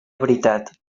veritat